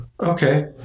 Okay